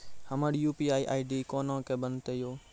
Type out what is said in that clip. हमर UPI ID कोना के बनत यो?